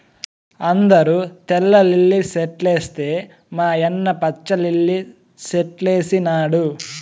అందరూ తెల్ల లిల్లీ సెట్లేస్తే మా యన్న పచ్చ లిల్లి సెట్లేసినాడు